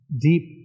deep